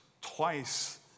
Twice